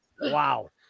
wow